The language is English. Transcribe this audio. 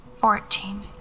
fourteen